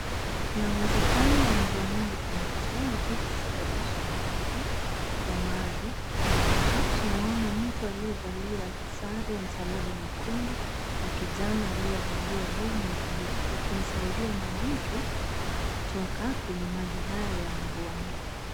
Kuna uwezekano wa mvua mingi kunyesha na hivyo kusababisha maafa ya maji. Hapa tunaona mtu aliyevalia sare ya msalaba mwekundu na kijana aliyevalia long'i ya bluu wakimsaidia mwanamke kutoka kwenye maji haya ya mvua.